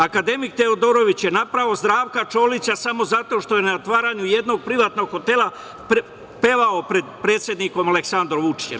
Akademik Teodorović je napao Zdravka Čolića samo zato što je na otvaranju jednog privatnog hotela pevao pred predsednikom Aleksandrom Vučićem.